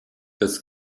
des